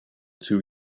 two